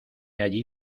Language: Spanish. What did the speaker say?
allí